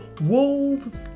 wolves